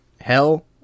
hell